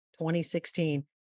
2016